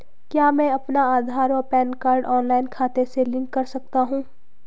क्या मैं अपना आधार व पैन कार्ड ऑनलाइन खाते से लिंक कर सकता हूँ?